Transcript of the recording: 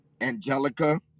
Angelica